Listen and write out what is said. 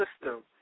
system